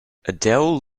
adele